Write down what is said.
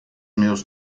meus